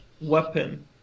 weapon